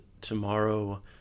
tomorrow